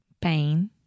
Pain